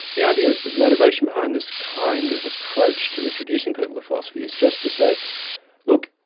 the idea of the motivation behind this kind of approach to introducing people of philosophy is just to say look,